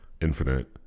Infinite